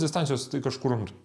distancijos tai kažkur